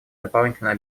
дополнительные